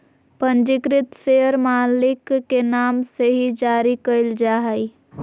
पंजीकृत शेयर मालिक के नाम से ही जारी क़इल जा हइ